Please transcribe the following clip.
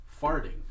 farting